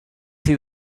see